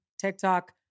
TikTok